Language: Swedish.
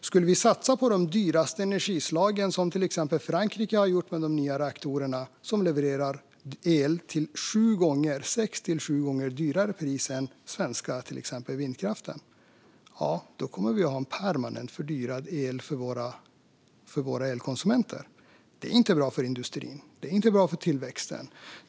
Skulle vi satsa på de dyraste energislagen, som till exempel Frankrike har gjort med de nya reaktorerna som levererar el till sex till sju gånger dyrare pris än till exempel den svenska vindkraften, kommer vi att ha en permanent fördyrad el för våra elkonsumenter. Det är inte bra för industrin. Det är inte bra för tillväxten.